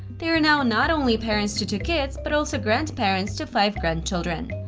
they are now not only parents to two kids but also grandparents to five grandchildren.